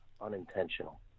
unintentional